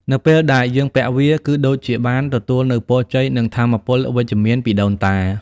នៅពេលដែលយើងពាក់វា គឺដូចជាបានទទួលនូវ ពរជ័យ និង ថាមពលវិជ្ជមាន ពីដូនតា។